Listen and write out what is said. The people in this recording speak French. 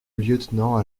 lieutenant